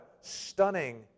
stunning